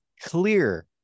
clear